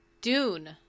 Dune